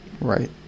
Right